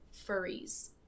furries